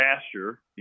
pasture